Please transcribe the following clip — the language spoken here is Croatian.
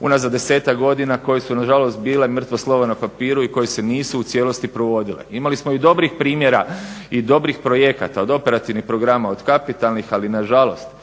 unazad desetak godina koji su nažalost bile mrtvo slovo na papiru i koji se nisu u cijelosti provodile. Imali smo i dobrih primjera i dobrih projekata, od operativnih programa, od kapitalnih ali nažalost